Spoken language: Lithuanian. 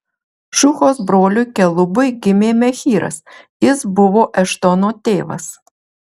šuhos broliui kelubui gimė mehyras jis buvo eštono tėvas